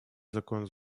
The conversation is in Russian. закон